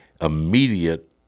immediate